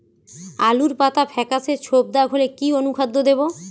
আলুর পাতা ফেকাসে ছোপদাগ হলে কি অনুখাদ্য দেবো?